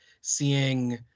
seeing